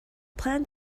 planned